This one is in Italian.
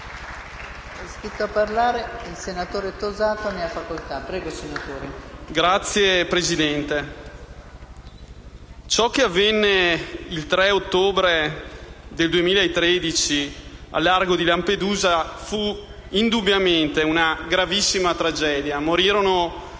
Signora Presidente, ciò che avvenne il 3 ottobre 2013 a largo di Lampedusa fu indubbiamente una gravissima tragedia: morirono